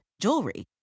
jewelry